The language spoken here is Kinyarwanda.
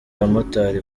abamotari